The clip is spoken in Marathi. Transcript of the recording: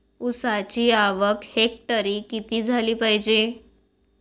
ऊसाची आवक हेक्टरी किती झाली पायजे?